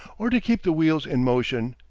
or to keep the wheels in motion,